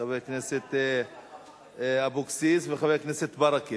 את חברת הכנסת אבקסיס ואת חבר הכנסת ברכה.